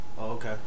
Okay